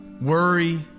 worry